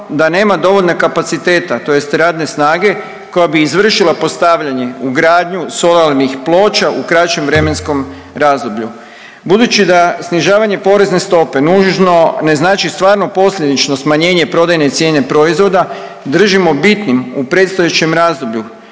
da nema dovoljno kapaciteta tj. radne snage koja bi izvršila postavljanje i ugradnju solarnih ploča u kraćem vremenskom razdoblju. Budući da snižavanje porezne stope nužno ne znači stvarno posljedično smanjenje prodajne cijene proizvoda držimo bitnim u predstojećem razdoblju